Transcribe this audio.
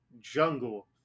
jungle